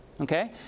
Okay